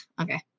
okay